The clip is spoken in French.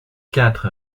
quatre